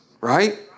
Right